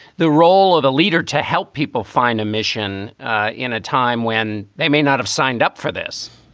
the role of the leader to help people find a mission in a time when they may not have signed up for this?